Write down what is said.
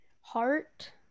heart